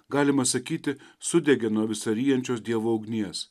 galima sakyti sudegė nuo visa ryjančios dievo ugnies